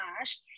Ash